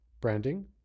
branding